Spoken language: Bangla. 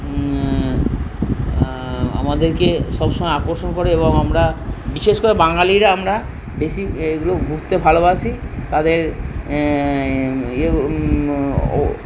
আমাদেরকে সবসময় আকর্ষণ করে এবং আমরা বিশেষ করে বাঙালিরা আমরা বেশি এগুলো ঘুরতে ভালোবাসি তাদের